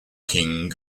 king